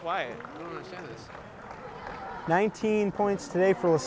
quiet nineteen points today for